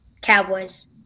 Cowboys